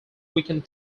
weekend